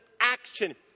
action